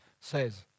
says